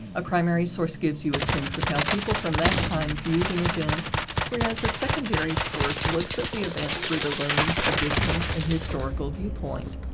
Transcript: a primary source gives you a sense of how people from that time viewed an event whereas the secondary source looks at the event through the lens of distance and historical viewpoint.